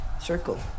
circle